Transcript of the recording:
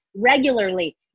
Regularly